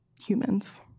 humans